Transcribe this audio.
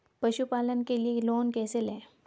पशुपालन के लिए लोन कैसे लें?